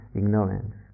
ignorance